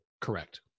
Correct